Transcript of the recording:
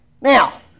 Now